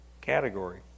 category